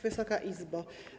Wysoka Izbo!